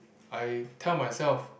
I tell myself